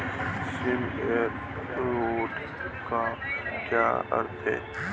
सम assured का क्या अर्थ है?